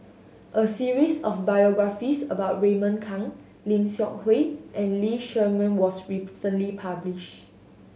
a series of biographies about Raymond Kang Lim Seok Hui and Lee Shermay was recently published